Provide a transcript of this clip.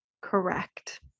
Correct